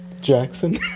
Jackson